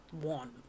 One